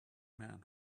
man